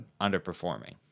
underperforming